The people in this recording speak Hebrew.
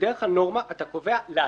בדרך כלל נורמה אתה קובע לעתיד,